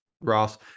Ross